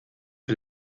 für